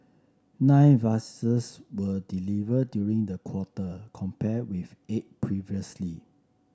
nine vessels were deliver during the quarter compare with eight previously